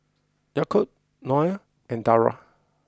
Yaakob Noah and Dara